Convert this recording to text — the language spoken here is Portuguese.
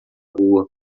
rua